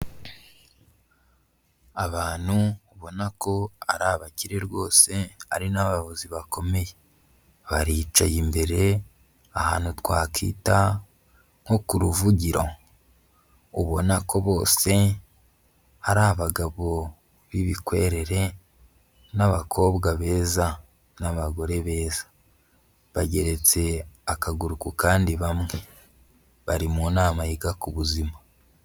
Abantu ubona ko ari abakire rwose ari n'abayobozi bakomeye, baricaye imbere ahantu twakita nko ku ruvugiro, ubona ko bose ari abagabo b'ibikwerere n'abakobwa beza n'abagore beza, bageretse akaguru kandi bamwe, bari mu nama yiga ku buzima.